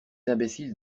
imbéciles